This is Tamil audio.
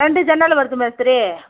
ரெண்டு ஜன்னல் வருது மேஸ்திரி